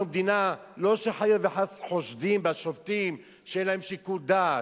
אנחנו מדינה לא שחלילה וחס חושדים בשופטים שאין להם שיקול דעת,